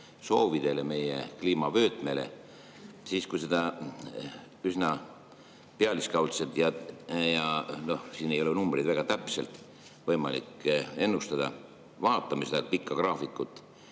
soovidele, meie kliimavöötmele, ja kui me üsna pealiskaudselt – siin ei ole numbreid väga täpselt võimalik ennustada – vaatame seda pikka graafikut,